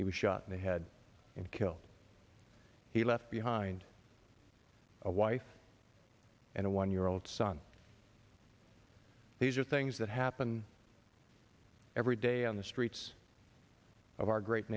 he was shot in the head and killed he left behind a wife and a one year old son these are things that happen every day on the streets of our great